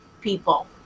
people